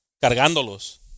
cargándolos